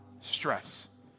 stress